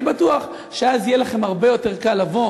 אני בטוח שאז יהיה לכם הרבה יותר קל לבוא